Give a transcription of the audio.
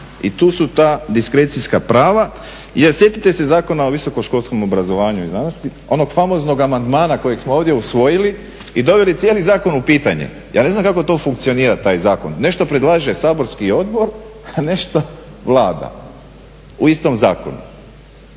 i tu su ta diskrecijska prava. Jer sjetite se Zakona o visokoškolskom obrazovanju i znanosti, onog famoznog amandmana kojeg smo ovdje usvojili i doveli cijeli zakon u pitanje. Ja ne znam kako to funkcionira taj zakon. Nešto predlaže saborski odbor, a nešto Vlada, u istom zakonu.